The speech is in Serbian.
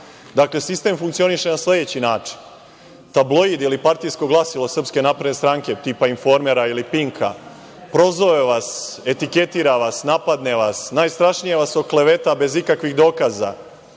sistem funkcioniše na sledeći način. Tabloid ili partijsko glasilo SNS, tipa „Informera“ ili Pinka, prozove vas, etiketira vas, napadne vas, najstrašnije vas okleveta bez ikakvih dokaza,